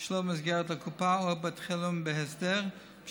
שלא במסגרת הקופה או בית מרקחת בהסדר.